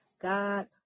God